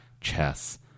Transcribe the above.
chess